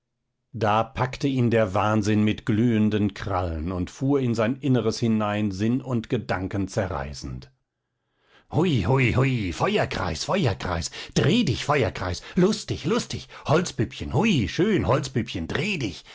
da packte ihn der wahnsinn mit glühenden krallen und fuhr in sein inneres hinein sinn und gedanken zerreißend hui hui hui feuerkreis feuerkreis dreh dich feuerkreis lustig lustig holzpüppchen hui schön holzpüppchen dreh dich